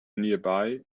nearby